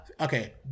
okay